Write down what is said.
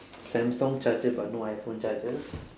samsung charger but no iphone charger